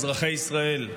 אזרחי ישראל,